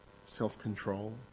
self-control